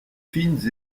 fines